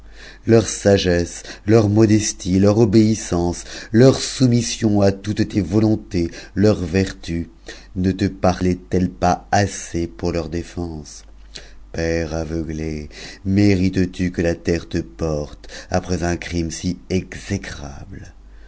leur sagesse leur modestie leur obéissance leur soumission a toutes tes volontés leur vertu ne te parlaient elles pas assez pour leur défense père aveuglé mérites tu que la terre te porte après un crime si exécrable